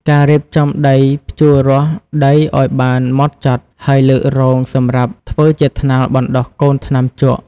ការរៀបចំដី ភ្ជួរាស់ដីឱ្យបានហ្មត់ចត់ ហើយលើករងសម្រាប់ធ្វើជាថ្នាលបណ្ដុះកូនថ្នាំជក់។